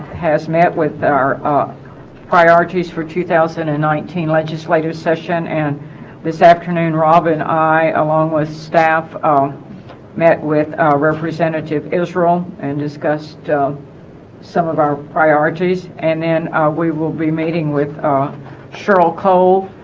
has met with our ah priorities for two thousand and nineteen legislative session and this afternoon robin i along with staff um met with representative israel and discussed some of our priorities and then we will be meeting with ah cheryl cole